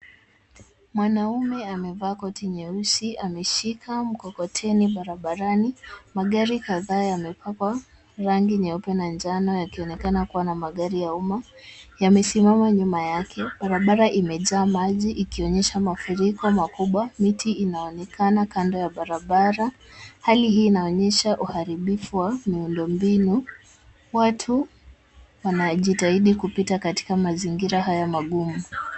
Mwanaume amevaa koti nyeusi ameshika mkokoteni barabarani. Magari kadhaa yamepakwa rangi nyeupe na njano yakionekana kuwa na magari ya umma yamesimama nyuma yake. Barabara imejaa maji ikionyesha mafuriko makubwa. Miti inaonekana kando ya barabara. Hali hii inaonyesha uharibifu wa miundo mbinu. Watu wanajitahidi kupita katika mazingira haya magumu.